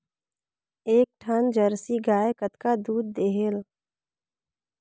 एक ठन जरसी गाय कतका दूध देहेल?